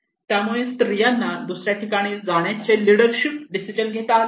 त्यामुळे स्त्रियांना दुसऱ्या ठिकाणी जाण्याचे लीडरशिप डिसिजन घेता आले नाही